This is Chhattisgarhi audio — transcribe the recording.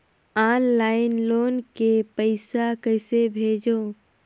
ऑनलाइन लोन के पईसा कइसे भेजों?